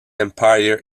empire